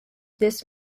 this